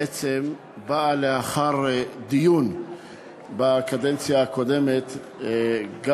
בעצם באה לאחר דיון בקדנציה הקודמת גם